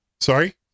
Sorry